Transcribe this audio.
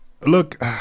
look